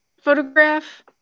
photograph